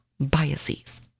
biases